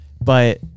but-